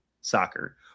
soccer